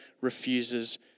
refuses